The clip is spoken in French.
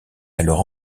alors